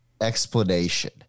explanation